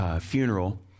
funeral